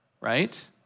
right